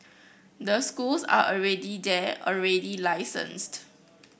the schools are already there already licensed